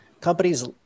companies